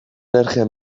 energia